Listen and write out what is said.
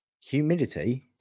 Humidity